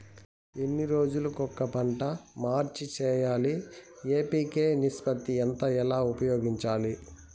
ఎన్ని రోజులు కొక పంట మార్చి సేయాలి ఎన్.పి.కె నిష్పత్తి ఎంత ఎలా ఉపయోగించాలి?